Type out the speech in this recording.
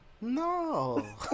no